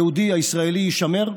היהודי, הישראלי יישמר,